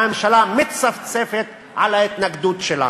והממשלה מצפצפת על ההתנגדות שלנו.